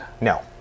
no